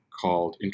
called